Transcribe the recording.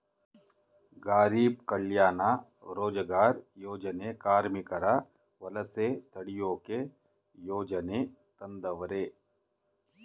ಗಾರೀಬ್ ಕಲ್ಯಾಣ ರೋಜಗಾರ್ ಯೋಜನೆ ಕಾರ್ಮಿಕರ ವಲಸೆ ತಡಿಯೋಕೆ ಯೋಜನೆ ತಂದವರೆ